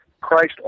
Christ